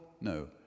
no